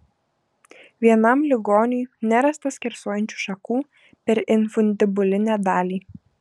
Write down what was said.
vienam ligoniui nerasta skersuojančių šakų per infundibulinę dalį